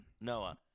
Noah